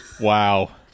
Wow